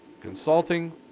consulting